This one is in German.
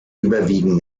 überwiegend